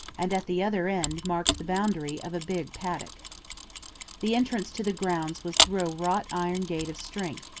and at the other end marked the boundary of a big paddock the entrance to the grounds was through a wrought-iron gate of strength,